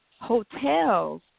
hotels